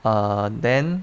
err then